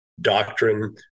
doctrine